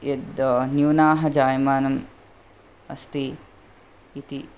यत् न्यूनाः जायमानम् अस्ति इति